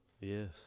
yes